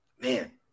man